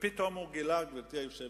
ופתאום הוא גילה, גברתי היושבת-ראש,